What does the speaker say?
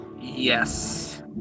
Yes